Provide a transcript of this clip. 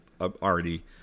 already